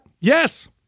Yes